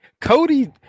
Cody